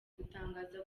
gutangaza